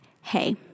hey